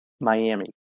Miami